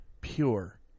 Pure